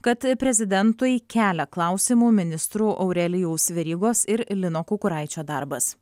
kad prezidentui kelia klausimų ministrų aurelijaus verygos ir lino kukuraičio darbas